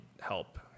help